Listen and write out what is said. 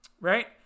right